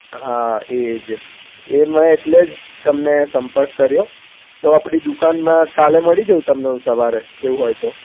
હા એ જ એ મે એટલે તમને સંપર્ક કર્યો તો આપણી દુકાનમાં કાલે મળી જાઉં તમને હું સવારે એવું હોય તો